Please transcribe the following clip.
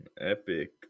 Epic